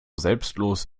selbstlos